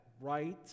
right